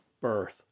birth